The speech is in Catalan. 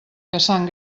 caçant